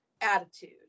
attitude